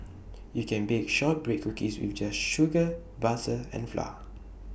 you can bake Shortbread Cookies just with sugar butter and flour